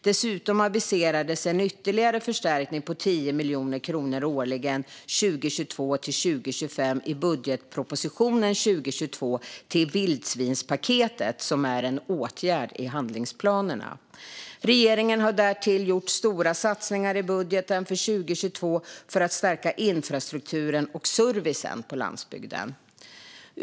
Dessutom aviserades en ytterligare förstärkning på 10 miljoner kronor årligen för 2022-2025 i budgetpropositionen för 2022 till vildsvinspaketet, som är en åtgärd i handlingsplanerna. Regeringen har därtill gjort stora satsningar i budgeten för 2022 för att stärka infrastrukturen och servicen på landsbygden.